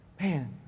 Man